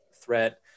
threat